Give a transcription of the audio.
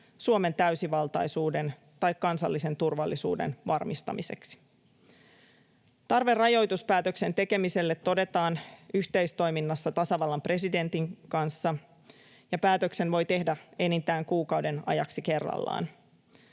Suomen täysivaltaisuuden tai kansallisen turvallisuuden varmistamiseksi. Tarve rajoituspäätöksen tekemiselle todetaan yhteistoiminnassa tasavallan presidentin kanssa, ja päätöksen voi tehdä enintään kuukauden ajaksi kerrallaan.